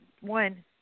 one